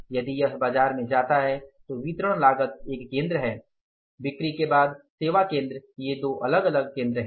यदि यह बाजार में जाता है तो वितरण लागत एक केंद्र है बिक्री के बाद सेवा केंद्र ये दो अलग अलग केंद्र हैं